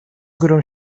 górą